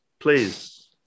Please